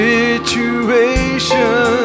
situation